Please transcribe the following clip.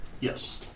Yes